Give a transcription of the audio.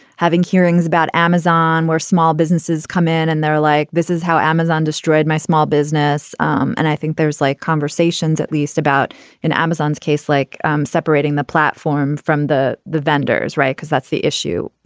having hearings about amazon, where small businesses come in and they're like, this is how amazon destroyed my small business. um and i think there's like conversations at least about in amazon's case, like um separating the platform from the the vendors. right. because that's the issue.